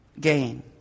gain